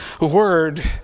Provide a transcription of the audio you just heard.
word